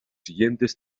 siguientes